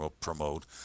promote